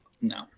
No